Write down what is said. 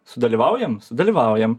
sudalyvaujam sudalyvaujam